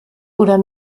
oder